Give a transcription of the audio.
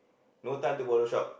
no time to Photoshop